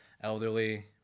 elderly